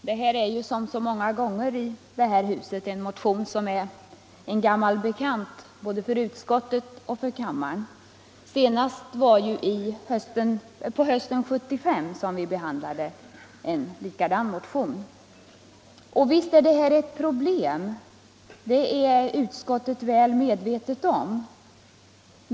Herr talman! Motionen 1975/76:1778 är liksom så många andra en gammal bekant både för utskottet och för kammaren. Senast var det på hösten 1975 som vi behandlade en likadan motion. Visst är det ett problem som motionärerna har tagit upp; det är utskottet väl medvetet om.